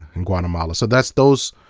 in guatemala. so that's those